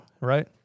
right